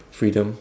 freedom